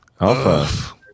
Alpha